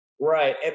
right